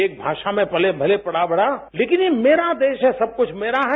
एक भाषा में भले पला पढ़ा लेकिन यह मेरा देश है सब कुछ मेरा है